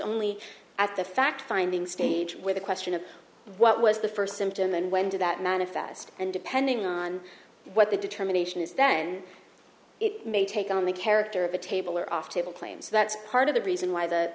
only at the fact finding stage with a question of what was the first symptom and when did that manifest and depending on what the determination is than it may take on the character of a table or off table claims that's part of the reason why the